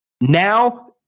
Now